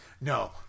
No